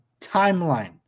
timeline